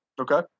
Okay